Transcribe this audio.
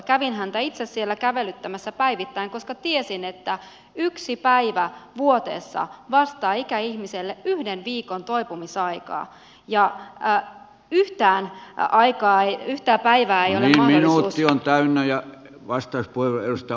kävin häntä itse siellä kävelyttämässä päivittäin koska tiesin että yksi päivä vuoteessa vastaa ikäihmiselle yhden viikon toipumisaikaa ja yhtään päivää ei ole niin huonosti on täynnä ja mahdollisuus menettää